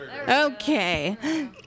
Okay